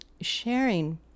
sharing